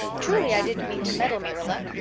truly, i didn't mean to meddle, marilla.